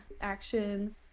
action